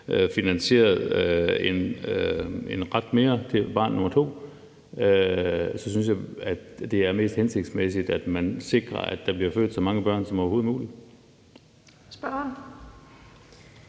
finansieret en ret mere til et barn nummer to, og at det så også er mest hensigtsmæssigt, at man sikrer, at der bliver født så mange børn som overhovedet muligt. Kl. 12:20 Den